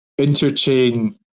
interchain